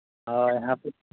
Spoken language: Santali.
ᱦᱳᱭ